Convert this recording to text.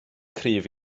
cryf